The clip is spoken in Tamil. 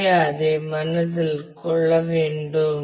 எனவே அதை மனதில் கொள்ள வேண்டும்